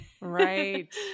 Right